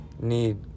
Need